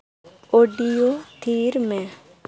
audio ᱛᱷᱤᱨ ᱢᱮ